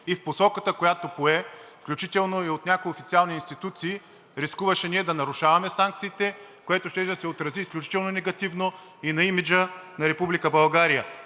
и в посоката, която пое, включително и от някои официални институции, рискуваше ние да нарушаваме санкциите, което щеше да се отрази изключително негативно и на имиджа на Република